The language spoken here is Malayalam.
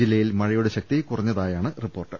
ജില്ല യിൽ മഴയുടെ ശക്തി കുറഞ്ഞതായാണ് റിപ്പോർട്ട്